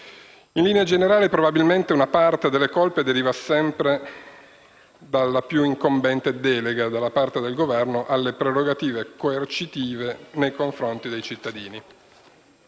In linea generale, probabilmente una parte delle colpe deriva sempre dalla più incombente delega da parte del Governo alle prerogative coercitive nei confronti dei cittadini.